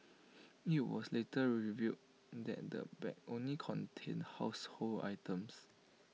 IT was later revealed that the bag only contained household items